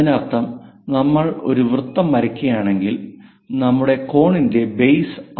അതിനർത്ഥം നമ്മൾ ഒരു വൃത്തം വരക്കുകയാണെങ്കിൽ നമ്മുടെ കോൺ ഇന്റെ ബേസ് ആ രീതിയിൽ ആയിരിക്കാം